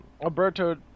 Alberto